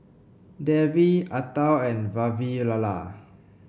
Devi Atal and Vavilala